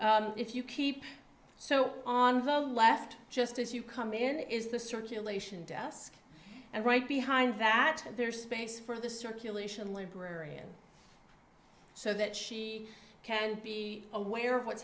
if you keep so on the left just as you come in is the circulation desk and right behind that there's space for the circulation librarian so that she can be aware of what's